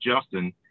Justin